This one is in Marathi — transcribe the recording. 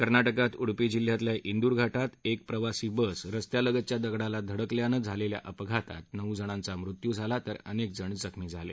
कर्नाटकात उडपी जिल्ह्यातल्या इंदूर घाटात एक प्रवासी बस रस्त्यालगतच्या दगडाला धडकल्यानं झालेल्या अपघातात नऊ जणांचा मृत्यू झाला तर अनेक जण जखमी झाले